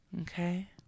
Okay